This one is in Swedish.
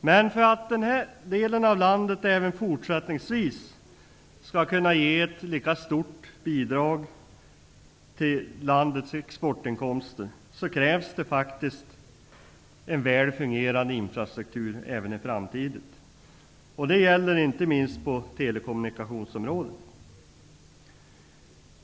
Men för att denna del av landet även fortsättningsvis skall ge ett lika stort bidrag till landets exportinkomster krävs det en väl fungerande infrastruktur även i framtiden. Det gäller inte minst på telekommunikationsområdet.